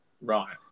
Right